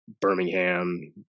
Birmingham